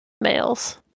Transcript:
males